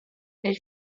elle